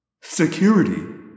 Security